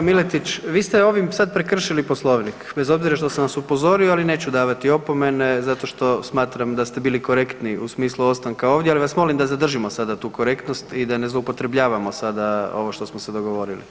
Kolega Miletić, vi ste ovim sad prekršili Poslovnik bez obzira što sam vas upozorio, ali neću davati opomene zato što smatram da ste bili korektni u smislu ostanka ovdje, ali vas molim da zadržimo sada tu korektnost i da ne zloupotrebljavamo sada ovo što smo se dogovorili.